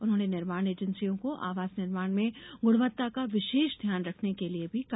उन्होंने निर्माण एजेंसियों को आवास निर्माण में गुणवत्ता का विशेष ध्यान रखने के लिये भी कहा